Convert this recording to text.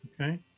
okay